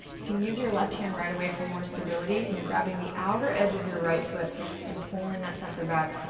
you can use your left hand right away for more stability, and you're grabbing the outer edge of your right foot and pulling that sucker back,